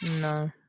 No